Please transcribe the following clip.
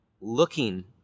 looking